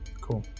Cool